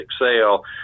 Excel